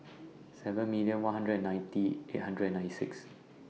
seven million one hundred and ninety eight hundred and nine six